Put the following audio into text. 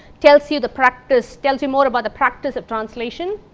tells you the practice, tells you more about the practice of translation.